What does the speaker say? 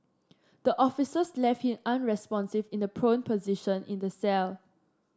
the officers left him unresponsive in the prone position in the cell